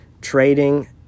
trading